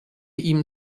ihm